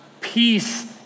peace